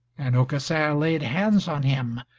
and aucassin laid hands on him,